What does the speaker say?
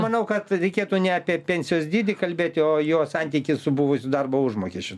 manau kad reikėtų ne apie pensijos dydį kalbėti o jo santykį su buvusiu darbo užmokesčiu